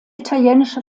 italienische